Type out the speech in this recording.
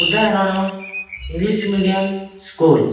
ଉଦାହରଣ English medium school